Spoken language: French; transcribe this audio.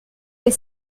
des